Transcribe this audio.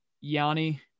Yanni